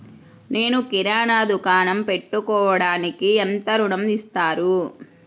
నేను కిరాణా దుకాణం పెట్టుకోడానికి ఎంత ఋణం ఇస్తారు?